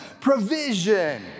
provision